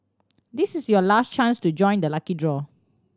this is your last chance to join the lucky draw